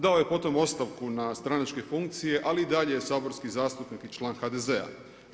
Dao je potom ostavku na stranačke funkcije, ali i dalje je saborski zastupnik i član HDZ-a.